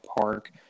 Park